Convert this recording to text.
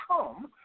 come